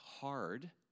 hard